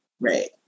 right